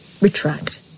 Retract